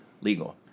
legal